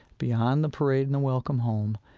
beyond the parade and the welcome home,